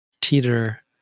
teeter